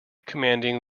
commanding